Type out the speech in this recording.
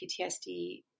PTSD